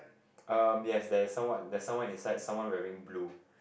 um yes there is someone there is someone inside someone wearing blue